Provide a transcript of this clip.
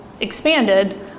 expanded